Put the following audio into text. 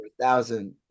thousand